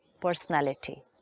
Personality